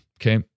Okay